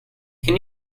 can